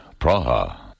Praha